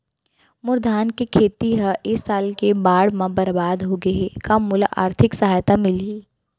मोर धान के खेती ह ए साल के बाढ़ म बरबाद हो गे हे का मोला आर्थिक सहायता मिलही?